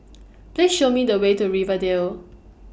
Please Show Me The Way to Rivervale